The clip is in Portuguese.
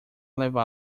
levá